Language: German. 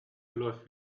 läuft